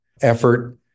effort